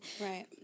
Right